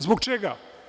Zbog čega?